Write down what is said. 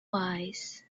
wise